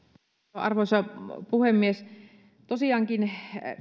arvoisa puhemies tosiaankin